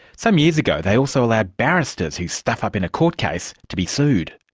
some years ago, they also allowed barristers who stuff up in a court case to be sued.